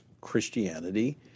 Christianity